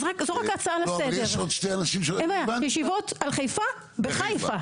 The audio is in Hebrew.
זו רק הצעה לסדר, ישיבות על חיפה בחיפה